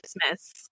Christmas